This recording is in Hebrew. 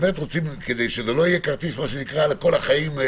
כדי שזה לא יהיה כרטיס לכל החיים,